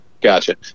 Gotcha